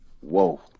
Whoa